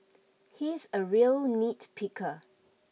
he's a real nitpicker